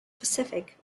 pacific